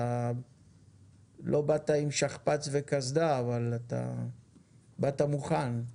לא באת עם שכפ"ץ וקסדה אבל באת מוכן.